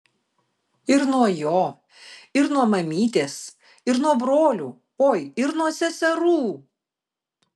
ir nuo jo ir nuo mamytės ir nuo brolių oi ir nuo seserų